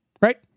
Right